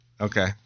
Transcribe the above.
Okay